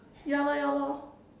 ya lor ya lor